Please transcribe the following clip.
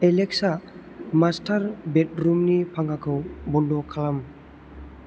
Alexa master बेडरुमनि फांखाखौ बन्द' खालाम